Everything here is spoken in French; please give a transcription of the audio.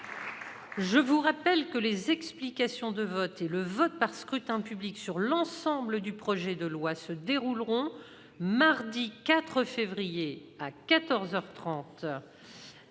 je vous rappelle que les explications de vote et le vote par scrutin public sur l'ensemble du texte se dérouleront le mardi 4 février, à